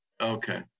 Okay